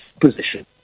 position